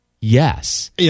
Yes